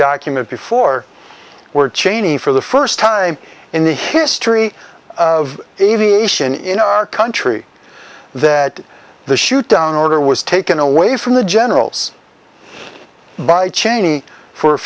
document before were cheney for the first time in the history of aviation in our country that the shoot down order was taken away from the generals by cheney for a